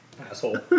asshole